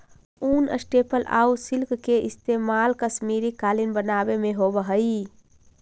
ऊन, स्टेपल आउ सिल्क के इस्तेमाल कश्मीरी कालीन बनावे में होवऽ हइ